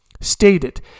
Stated